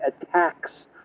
attacks